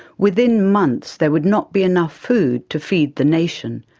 within months there would not be enough food to feed the nation.